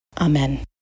Amen